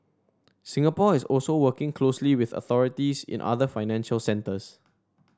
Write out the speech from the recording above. Singapore is also working closely with authorities in other financial centres